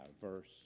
verse